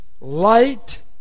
light